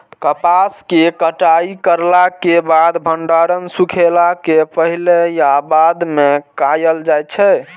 कपास के कटाई करला के बाद भंडारण सुखेला के पहले या बाद में कायल जाय छै?